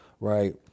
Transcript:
right